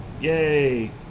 Yay